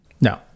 No